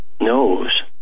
knows